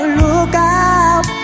lookout